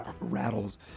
rattles